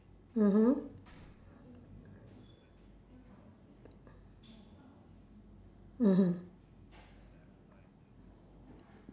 mmhmm mmhmm